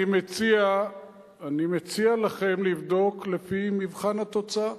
אני מציע לכם לבדוק לפי מבחן התוצאה.